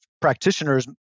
practitioners